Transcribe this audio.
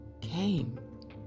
came